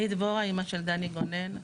אני דבורה אימא של דני גונן,